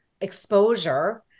exposure